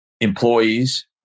employees